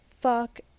fuck